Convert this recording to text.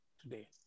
today